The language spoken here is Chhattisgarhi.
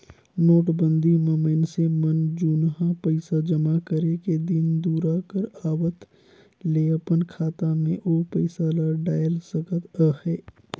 नोटबंदी म मइनसे मन जुनहा पइसा जमा करे के दिन दुरा कर आवत ले अपन खाता में ओ पइसा ल डाएल सकत अहे